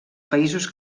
països